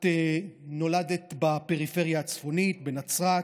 את נולדת בפריפריה הצפונית, בנצרת,